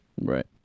Right